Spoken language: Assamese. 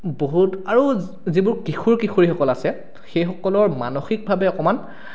বহুত আৰু যিবোৰ কিশোৰ কিশোৰীসকল আছে সেইসকলৰ মানসিকভাৱে অকণমান